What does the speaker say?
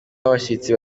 abashyitsi